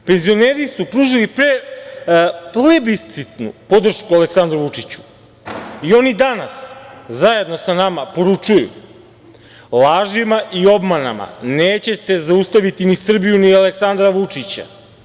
Penzioneri su pružili plebiscitnu podršku Aleksandru Vučiću, i oni danas zajedno sa nama poručuju - lažima i obmanama nećete zaustaviti ni Srbiju ni Aleksandra Vučića.